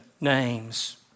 names